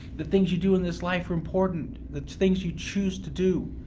the things you do in this life are important the things you choose to do.